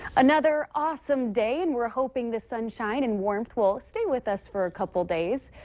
another awesome day. and we're hoping the sunshine and warmth warmth stay with us for a couple days.